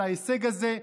על ההישג הזה.